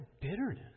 bitterness